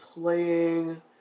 playing